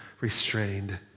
restrained